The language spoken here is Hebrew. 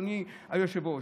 אדוני היושב-ראש,